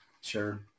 Sure